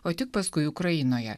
o tik paskui ukrainoje